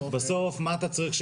בסוף, מה אתה צריך?